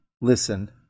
listen